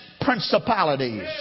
principalities